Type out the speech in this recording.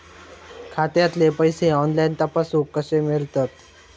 खात्यातले पैसे ऑनलाइन तपासुक कशे मेलतत?